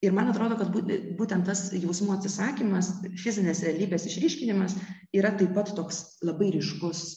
ir man atrodo kad būti būtent tas jausmų atsisakymas fizinės realybės išryškinimas yra taip pat toks labai ryškus